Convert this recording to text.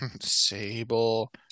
Sable